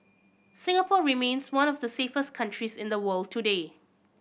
Singapore remains one of the safest countries in the world today